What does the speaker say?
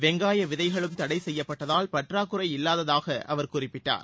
வெங்காய விதைகளும் தடை செய்யப்பட்டதால் பற்றாக்குறை இல்லாததாக அவர் குறிப்பிட்டார்